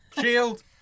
Shield